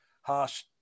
harsh